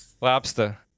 lobster